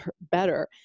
better